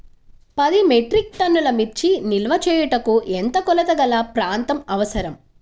పది మెట్రిక్ టన్నుల మిర్చి నిల్వ చేయుటకు ఎంత కోలతగల ప్రాంతం అవసరం?